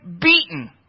beaten